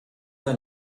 ein